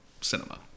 cinema